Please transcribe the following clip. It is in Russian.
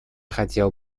хотел